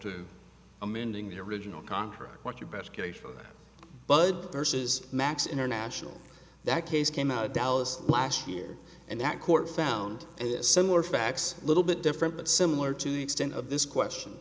to amending the original contract what's your best case for that bud versus max international that case came out of dallas last year and that court found it similar facts a little bit different but similar to the extent of this question